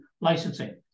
licensing